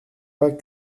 pas